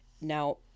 Now